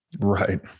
Right